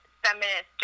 feminist